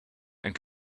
and